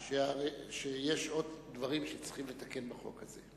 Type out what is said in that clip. אני מקווה שהממשלה תבין שיש עוד דברים שצריכים לתקן בחוק הזה.